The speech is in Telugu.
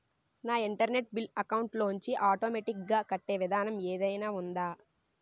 నా ఇంటర్నెట్ బిల్లు అకౌంట్ లోంచి ఆటోమేటిక్ గా కట్టే విధానం ఏదైనా ఉందా?